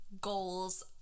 goals